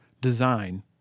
design